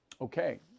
Okay